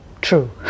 true